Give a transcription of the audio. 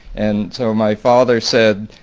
and so my father said,